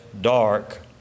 dark